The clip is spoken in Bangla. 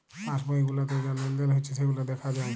পাস বই গুলাতে যা লেলদেল হচ্যে সেগুলা দ্যাখা যায়